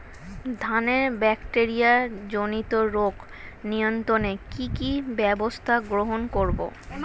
ধানের ব্যাকটেরিয়া জনিত রোগ নিয়ন্ত্রণে কি কি ব্যবস্থা গ্রহণ করব?